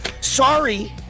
Sorry